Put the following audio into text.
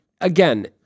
Again